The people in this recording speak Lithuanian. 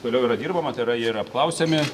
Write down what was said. toliau yra dirbama tai yra jie yra apklausiami